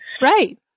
Right